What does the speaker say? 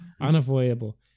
Unavoidable